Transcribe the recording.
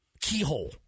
keyhole